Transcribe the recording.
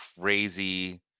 crazy